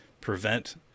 prevent